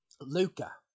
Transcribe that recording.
Luca